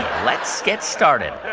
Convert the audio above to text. let's get started.